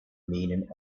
meaning